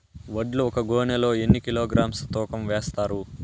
వడ్లు ఒక గోనె లో ఎన్ని కిలోగ్రామ్స్ తూకం వేస్తారు?